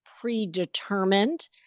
predetermined